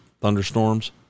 thunderstorms